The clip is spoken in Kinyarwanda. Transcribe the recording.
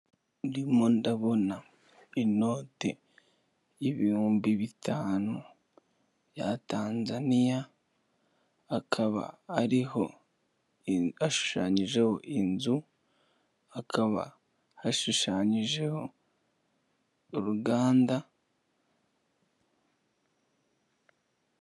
Ndirimo ndabona inote y'ibihumbi bitanu bya Tanzania, hakaba hariho, hashushanyijeho inzu, hakaba yashushanyijeho uruganda.